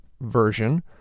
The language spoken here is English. version